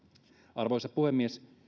arvoisa puhemies